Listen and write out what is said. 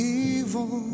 evil